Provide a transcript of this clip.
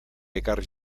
ekarri